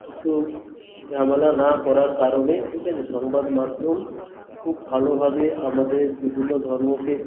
কিছু ঝামেলা না করার কারণে ঠিক আছে সংবাদমাধ্যম খুব ভালোভাবে আমাদের বিভিন্ন ধর্মকে